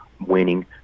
winning